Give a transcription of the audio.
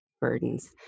burdens